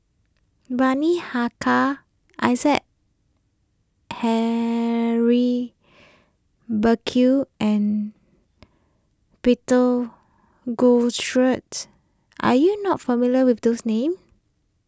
Bani Haykal Isaac Henry Burkill and Peter are you not familiar with those names